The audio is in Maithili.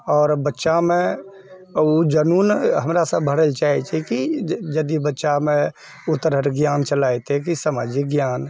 आओर बच्चामे उ जूनून हमरा सब भरै चाहै छी कि यदि बच्चामे ओहि तरहक ज्ञान चलि जेतै कि सामाजिक ज्ञान